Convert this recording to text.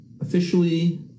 officially